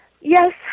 Yes